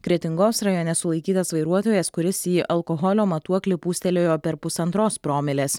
kretingos rajone sulaikytas vairuotojas kuris į alkoholio matuoklį pūstelėjo per pusantros promilės